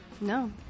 No